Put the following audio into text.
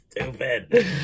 stupid